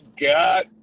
got